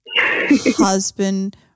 husband